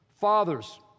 Fathers